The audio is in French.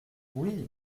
oui